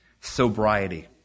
Sobriety